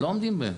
לא עומדים בהם.